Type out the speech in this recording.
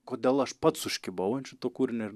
kodėl aš pats užkibau ant šito kūrinio ir